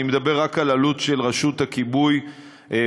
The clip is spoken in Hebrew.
אני מדבר רק על עלות של רשות הכיבוי וההצלה,